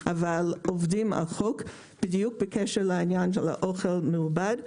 אבל עובדים על חוק בדיוק בקשר לעניין של האוכל המעובד,